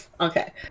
Okay